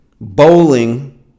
bowling